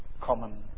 common